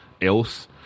else